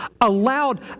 allowed